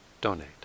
donate